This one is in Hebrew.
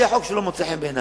זה חוק שלא מוצא חן בעיני.